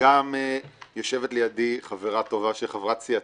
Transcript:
וגם יושבת לידי חברה טובה שהיא חברת סיעתי,